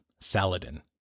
Saladin